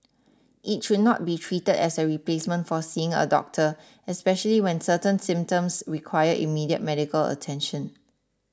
it should not be treated as a replacement for seeing a doctor especially when certain symptoms require immediate medical attention